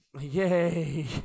Yay